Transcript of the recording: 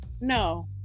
No